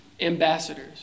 ambassadors